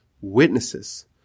witnesses